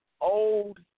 old